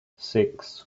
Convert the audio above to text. six